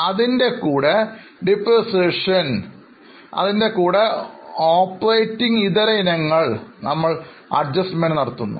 Add Depreciation കൂടെ operating ഇതര ഇനങ്ങൾ നമ്മൾ Adjustment നടത്തുന്നു